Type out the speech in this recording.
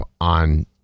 on